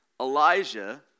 Elijah